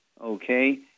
Okay